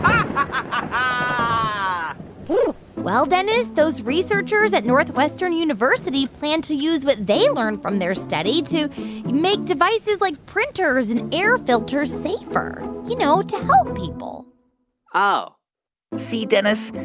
um well, dennis, those researchers at northwestern university planned to use what they learned from their study to make devices like printers and air filters safer you know, know, to help people oh see, dennis.